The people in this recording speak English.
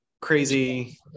crazy